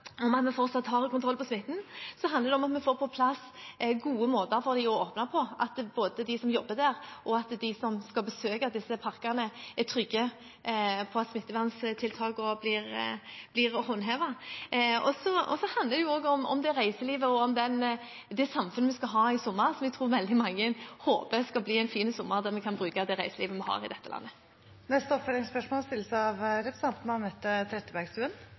om at vi fortsatt har kontroll på smitten, og så handler det om at vi får på plass gode måter for dem å åpne på, slik at både de som jobber der, og de som skal besøke disse parkene, er trygge på at smitteverntiltakene blir håndhevet. Så handler det også om det reiselivet og det samfunnet vi skal ha i sommer, som jeg tror veldig mange håper skal bli en fin sommer, der vi kan bruke det reiselivet vi har i dette landet. Anette Trettebergstuen – til oppfølgingsspørsmål.